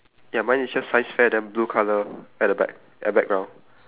ya mine is just science fair then blue colour at the back at the background